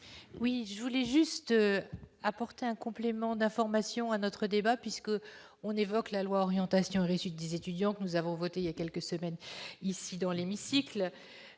Oui, je voulais juste apporter un complément d'information à notre débat puisque, on évoque la loi orientation résulte des étudiants que nous avons voté il y a quelques semaines ici dans l'hémicycle,